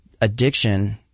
addiction